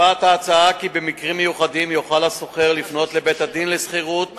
קובעת ההצעה כי במקרים מיוחדים יוכל השוכר לפנות אל בית-הדין לשכירות